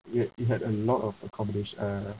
it it had a lot of accommodation uh